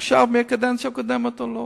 עכשיו מבקדנציה הקודמת או לא?